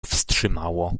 wstrzymało